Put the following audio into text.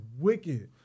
wicked